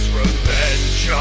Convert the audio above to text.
revenge